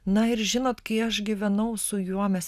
na ir žinot kai aš gyvenau su juo mes